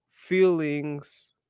feelings